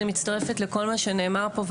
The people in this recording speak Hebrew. אני מצטרפת לכל מה שנאמר פה,